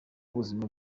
ubuzima